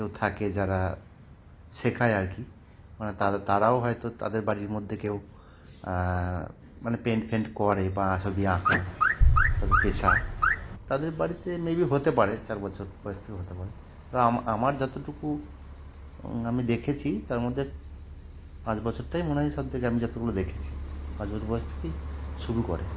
কেউ থাকে যারা শেখায় আর কি মানে তারা তারাও হয়তো তাদের বাড়ির মধ্যে কেউ মানে পেইন্ট ফেন্ট করে বা ছবি আঁকা তাদের পেশা তাদের বাড়িতে মে বি হতে পারে চার বছর বয়স থেকে হতে পারে তবে আমার যতটুকু আমি দেখেছি তার মধ্যে পাঁচ বছরটাই মনে হয় সবথেকে আমি যতগুলো দেখেছি পাঁচ বছর বয়স থেকেই শুরু করে